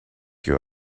you